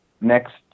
next